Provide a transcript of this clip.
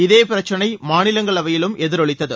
இதே பிரச்சினை மாநிலங்களவையிலும் எதிரொலித்தது